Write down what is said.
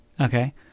Okay